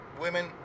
women